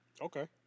Okay